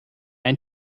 ein